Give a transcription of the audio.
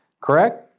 Correct